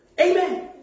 Amen